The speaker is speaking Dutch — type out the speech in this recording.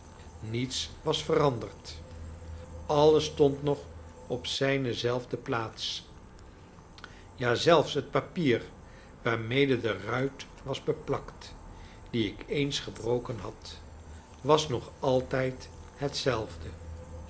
niets was veranderd alles stond nog op zijne zelfde plaats ja zelfs het papier waarmede de ruit was beplakt die ik eens gebroken had was nog altijd hetzelfde